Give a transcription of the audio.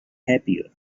happier